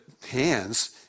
hands